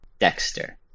Dexter